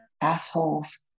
assholes